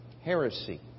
heresy